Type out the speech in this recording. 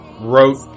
Wrote